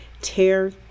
tear